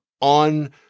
on